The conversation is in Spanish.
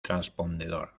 transpondedor